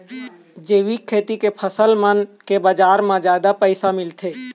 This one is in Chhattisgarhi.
जैविक खेती के फसल मन के बाजार म जादा पैसा मिलथे